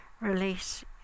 release